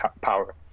power